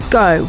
go